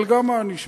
אבל גם הענישה.